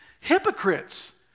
hypocrites